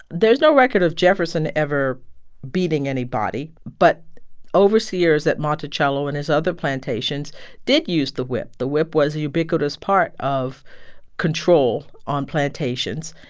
there's no record of jefferson ever beating anybody, but overseers at monticello and his other plantations did use the whip. the whip was a ubiquitous part of control on plantations.